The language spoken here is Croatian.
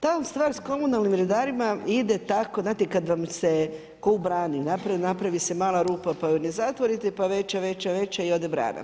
Ta vam stvar s komunalnim redarima ide tako znate kada vam se ko u brani napravi se mala rupa pa ju ne zatvorite pa veća, veća, veća i ode brana.